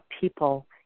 people